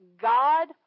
God